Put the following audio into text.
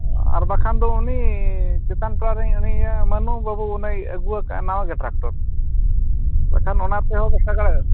ᱟᱨ ᱵᱟᱠᱷᱟᱱ ᱫᱚ ᱩᱱᱤ ᱪᱮᱛᱟᱱ ᱴᱚᱞᱟ ᱨᱮᱱ ᱩᱱᱤ ᱢᱟᱱᱩ ᱵᱟᱹᱵᱩ ᱩᱱᱤᱭ ᱟᱹᱜᱩᱣᱟᱠᱟᱜᱼᱟᱭ ᱱᱟᱣᱟᱜᱮ ᱴᱨᱟᱠᱴᱚᱨ ᱵᱟᱠᱷᱟᱱ ᱚᱱᱟ ᱛᱮᱦᱚᱸ ᱥᱟᱜᱟᱲ